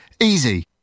Easy